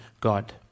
God